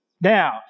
Now